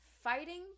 fighting